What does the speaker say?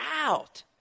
out